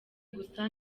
gusa